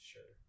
Sure